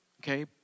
Okay